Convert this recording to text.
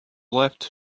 left